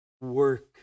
work